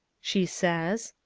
she says.